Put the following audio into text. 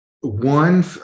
one